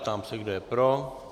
Ptám se, kdo je pro.